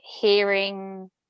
hearing